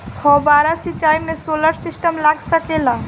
फौबारा सिचाई मै सोलर सिस्टम लाग सकेला?